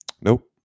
Nope